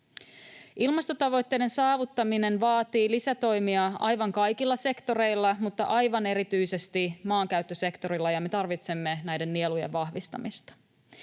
Ilmastotavoitteiden saavuttaminen vaatii lisätoimia aivan kaikilla sektoreilla, mutta aivan erityisesti maankäyttösektorilla, ja me tarvitsemme näiden nielujen vahvistamista.